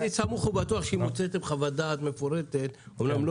אני סמוך ובטוח שאם הוצאתם חוות דעת מפורטת אמנם לא